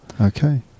Okay